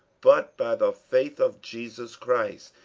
but by the faith of jesus christ,